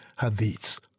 Hadiths